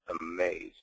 amazed